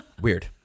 weird